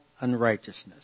unrighteousness